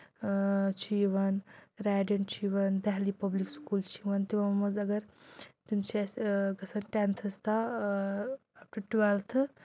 چھِ یِوان ریڈیَنٹ چھُ یِوان دہلی پبلِک سکوٗل چھِ یِوان تِمو منٛز اگر تِم چھِ اَسہِ گژھان ٹٮ۪نتھس تا اَپ ٹُہ ٹُوٮ۪لتھٕ